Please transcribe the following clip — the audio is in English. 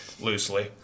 loosely